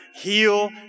heal